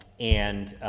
and